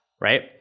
Right